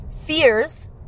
fears